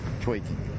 Tweaking